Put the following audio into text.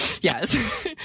yes